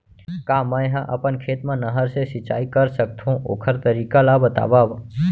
का मै ह अपन खेत मा नहर से सिंचाई कर सकथो, ओखर तरीका ला बतावव?